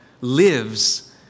lives